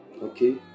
okay